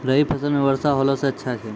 रवी फसल म वर्षा होला से अच्छा छै?